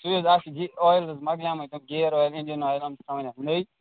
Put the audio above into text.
سُے حظ اَکھ اَویِل حظ مۅکلامٕتۍ تِم گیر اَویِل اِنجَن اَویِل ترٛاوٕنۍ اَتھ نٔے